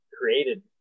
created